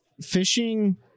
Fishing